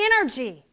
energy